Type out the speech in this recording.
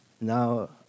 now